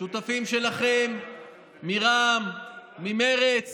שותפים שלכם מרע"מ, ממרצ